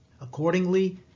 Accordingly